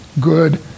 good